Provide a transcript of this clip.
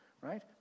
Right